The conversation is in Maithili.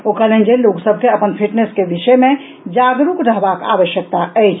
ओ कहलनि जे लोकसभ के अपन फिटनेस के विषय मे जागरूक रहबाक आवश्यकता अछि